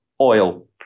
oil